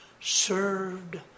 served